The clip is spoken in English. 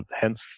hence